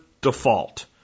default